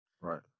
right